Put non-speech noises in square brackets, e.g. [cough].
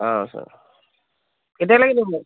অ' আছে কেতিয়ালৈকে [unintelligible]